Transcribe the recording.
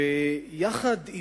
ויחד עמנו,